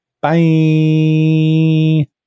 Bye